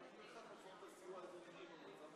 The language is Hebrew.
במסלול אקספרס, בלי להתעכב בתחנת הביניים.